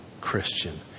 Christian